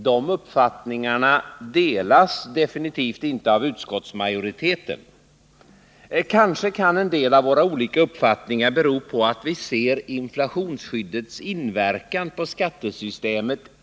Dessa uppfattningar delas definitivt inte av utskottsmajoriteten. Att vi har skilda uppfattningar kan kanske till en del bero på att vi i grunden ser olika på inflationsskyddets inverkan på skattesystemet.